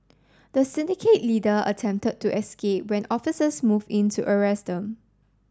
the syndicate leader attempted to escape when officers moved in to arrest them